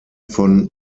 von